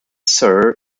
sir